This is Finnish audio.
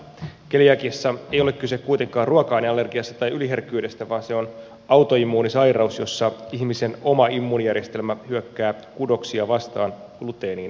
keliakiassa ei ole kyse kuitenkaan ruoka aineallergiasta tai yliherkkyydestä vaan se on autoimmuunisairaus jossa ihmisen oma immuunijärjestelmä hyökkää kudoksia vastaan gluteenin reagoidessa